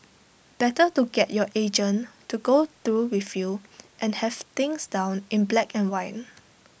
better to get your agent to go through with you and have things down in black and white